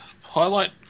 Highlight